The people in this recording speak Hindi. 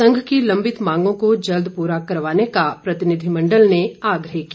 संघ की लम्बित मांगों को जल्द पूरा करवाने का प्रतिनिधिमण्डल ने आग्रह किया